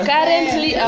Currently